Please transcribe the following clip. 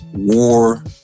war